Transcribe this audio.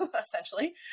essentially